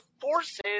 forces